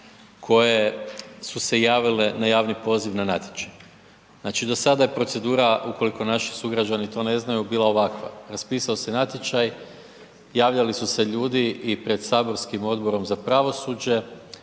koje su se javile na javni poziv na natječaj. Znači do sada je procedura ukoliko naši sugrađani to ne znaju bila ovakva. Raspisao se natječaj, javljali su se ljudi i pred saborskim Odbor za pravosuđe